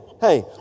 hey